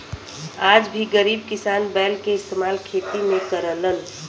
आज भी गरीब किसान बैल के इस्तेमाल खेती में करलन